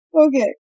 Okay